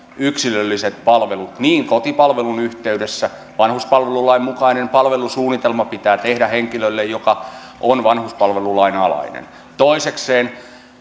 yksilölliset palvelut kotipalvelun yhteydessä vanhuspalvelulain mukainen palvelusuunnitelma pitää tehdä henkilölle joka on vanhuspalvelulain alainen toisekseen